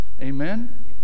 Amen